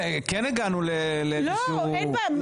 והגענו לאיזשהו מתווה.